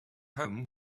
home